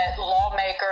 lawmakers